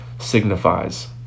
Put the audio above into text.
signifies